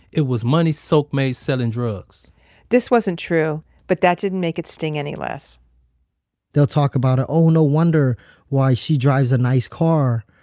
it was money sok made selling drugs this wasn't true, but that didn't make it sting any less they'll talk about it. oh, no wonder why she drives a nice car,